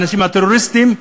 הטרוריסטים,